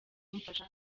kumfasha